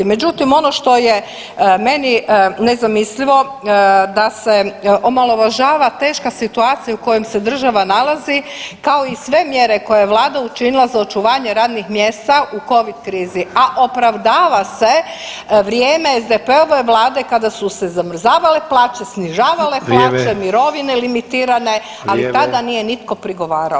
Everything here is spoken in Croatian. Međutim, ono što je meni nezamislivo da se omalovažava teška situacija u kojoj se država nalazi, kao i sve mjere koje je vlada učinila za očuvanje radnih mjesta u covid krizi, a opravdava se vrijeme SDP-ove vlade kada su se zamrzavale plaće, snižavale plaće [[Upadica: Vrijeme]] mirovine limitirane [[Upadica: Vrijeme]] , ali tada nije nitko prigovarao.